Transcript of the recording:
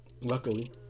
luckily